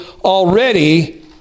already